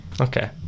Okay